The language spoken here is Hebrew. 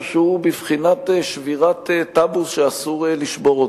שהוא בבחינת שבירת טבו שאסור לשבור.